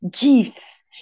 Gifts